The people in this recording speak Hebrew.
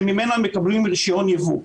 שממנה מקבלים רישיון יבוא.